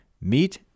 Meet